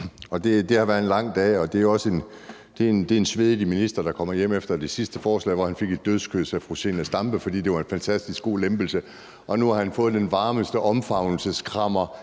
Det har været en lang dag, og det er en svedig minister, der kommer hjem efter det sidste forslag, hvor han fik et dødskys af fru Zenia Stampe, fordi det var en fantastisk god lempelse. Og nu har han fået den varmeste omfavnelseskrammer